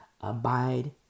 Abide